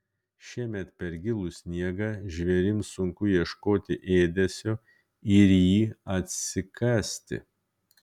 šiemet per gilų sniegą žvėrims sunku ieškoti ėdesio ir jį atsikasti